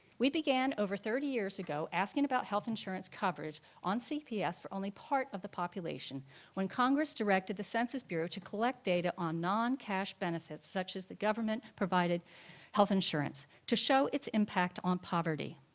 we began over thirty years ago asking about health insurance coverage on cps for only part of the population when congress directed the census bureau to collect data on non-cash benefits such as the government-provided health insurance to show its impact on poverty.